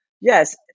yes